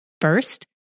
First